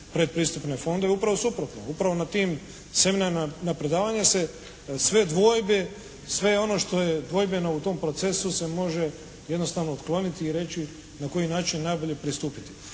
pretpristupne fondove. Upravo suprotno. Upravo na tim seminarima, na predavanjima se sve dvojbe, sve ono što je dvojbeno u tom procesu se može jednostavno otkloniti i reći na koji način najbolje pristupiti.